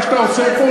מה שאתה עושה פה,